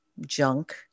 junk